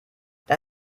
das